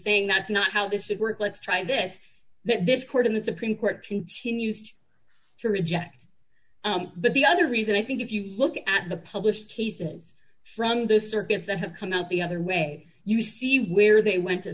saying that's not how this would work let's try this that this court in the supreme court continues to reject but the other reason i think if you look at the published cases from this circus that have come out the other way you see where they went